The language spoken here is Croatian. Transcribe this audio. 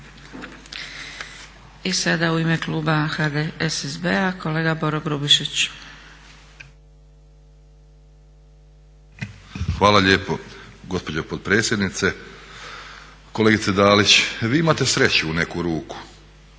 I sada u ime kluba HDSSB-a kolega Boro Grubišić. **Grubišić, Boro (HDSSB)** Hvala lijepo gospođo potpredsjednice. Kolegice Dalić, vi imate sreću u neku ruku